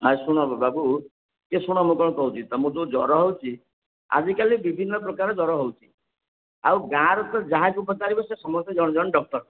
ଆଉ ଶୁଣ ବାବୁ ଏ ଶୁଣ ମୁଁ କ'ଣ କହୁଛି ତୁମକୁ ଯେଉଁ ଜ୍ୱର ହେଉଛି ଆଜିକାଲି ବିଭିନ୍ନ ପ୍ରକାର ଜ୍ୱର ହେଉଛି ଆଉ ଗାଁରେ ତ ଯାହାକୁ ପଚାରିବ ସେ ସମସ୍ତେ ଜଣେ ଜଣେ ଡ଼କ୍ଟର